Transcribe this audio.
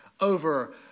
over